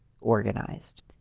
organized